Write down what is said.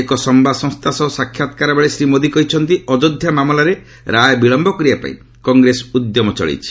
ଏକ ସମ୍ଭାଦସଂସ୍କା ସହ ସାକ୍ଷାତକାରବେଳେ ଶ୍ରୀ ମୋଦି କହିଛନ୍ତି ଅଯୋଧ୍ୟା ମାମଲାରେ ରାୟ ବିଳମ୍ବ କରିବା ପାଇଁ କଂଗ୍ରେସ ଉଦ୍ୟମ ଚଳାଇଛି